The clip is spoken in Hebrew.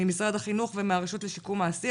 ממשרד החינוך ומהרשות לשיקום האסיר,